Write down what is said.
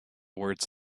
words